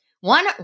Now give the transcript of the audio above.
One